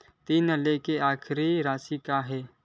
ऋण लेके आखिरी राशि का हे?